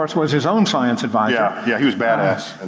was was his own science advisor. yeah, yeah he was badass.